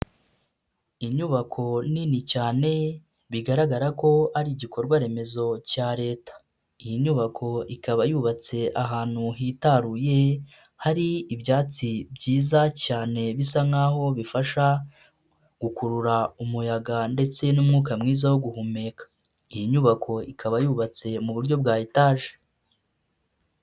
Inyubako nini cyane bigaragara ko ari igikorwa remezo cya leta, iyi nyubako ikaba yubatse ahantu hitaruye hari ibyatsi byiza cyane bisa nkaho bifasha gukurura umuyaga ndetse n'umwuka mwiza wo guhumeka, iyi nyubako ikaba yubatse mu buryo bwa etaje.